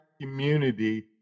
community